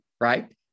Right